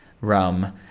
rum